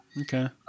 Okay